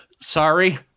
Sorry